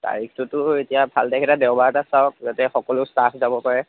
তাৰিখটোতো এতিয়া ভাল তাৰিখ এটা দেওবাৰ এটাত চাওক যাতে সকলো ষ্টাফ যাব পাৰে